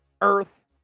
Earth